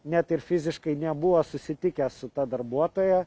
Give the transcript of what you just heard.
net ir fiziškai nebuvo susitikęs su ta darbuotoja